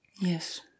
yes